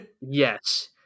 Yes